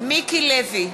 מיקי לוי,